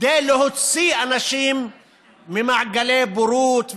כדי להוציא אנשים ממעגלי הבורות,